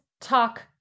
talk